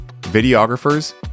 videographers